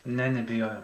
ne nebijojau